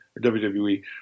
WWE